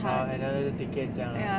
oh another ticket 这样啦